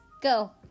go